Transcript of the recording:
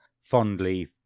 fondly